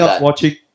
watching